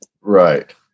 right